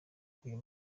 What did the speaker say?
kujya